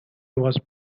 was